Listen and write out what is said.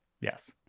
Yes